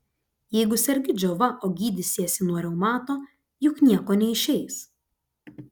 jeigu sergi džiova o gydysiesi nuo reumato juk nieko neišeis